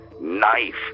knife